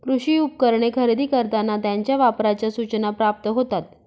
कृषी उपकरणे खरेदी करताना त्यांच्या वापराच्या सूचना प्राप्त होतात